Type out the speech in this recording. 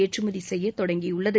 ஏற்றுமதி செய்ய தொடங்கியுள்ளது